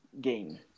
game